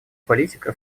политика